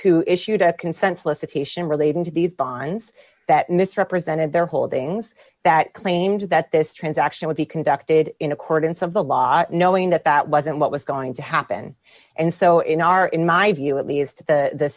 who issued a consensus attention relating to these fines that misrepresented their holdings that claimed that this transaction would be conducted in accordance of the law knowing that that wasn't what was going to happen and so in our in my view at least the